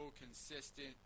consistent